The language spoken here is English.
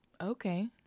Okay